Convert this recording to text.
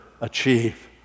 achieve